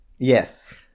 Yes